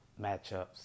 matchups